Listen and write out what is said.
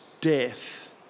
death